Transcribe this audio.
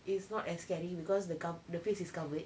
it's not as scary because the cov~ the face is covered